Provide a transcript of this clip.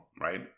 right